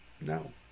No